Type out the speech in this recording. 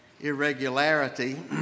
irregularity